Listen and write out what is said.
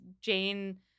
Jane